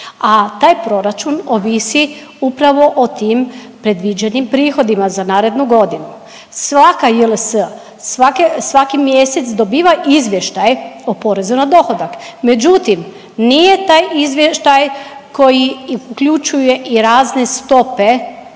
a taj proračun ovisi upravo o tim predviđenim prihodima za narednu godinu. Svaka JLS svaki mjesec dobiva izvještaj o porezu na dohodak, međutim nije taj izvještaj koji uključuje i razne stope